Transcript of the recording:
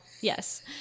Yes